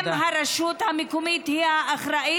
אם הרשות המקומית היא האחראית,